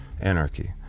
anarchy